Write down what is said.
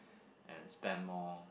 and spend more